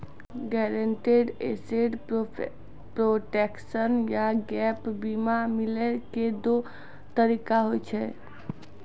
guaranteed asset protection या gap बीमा मिलै के दु तरीका होय छै